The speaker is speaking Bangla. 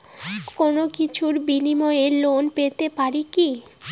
কোনো কিছুর বিনিময়ে লোন পেতে পারি কি?